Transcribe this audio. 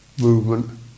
movement